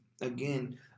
again